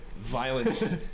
Violence